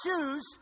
choose